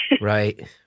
right